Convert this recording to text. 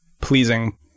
pleasing